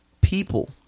People